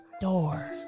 door